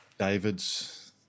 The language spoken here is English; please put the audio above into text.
David's